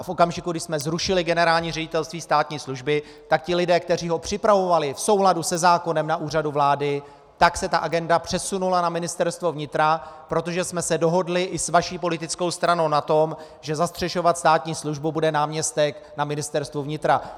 V okamžiku, kdy jsme zrušili Generální ředitelství státní služby, tak ti lidé, kteří ho připravovali v souladu se zákonem na Úřadu vlády, tak se ta agenda přesunula na Ministerstvo vnitra, protože jsme se dohodli i s vaší politickou stranou na tom, že zastřešovat státní službu bude náměstek na Ministerstvu vnitra.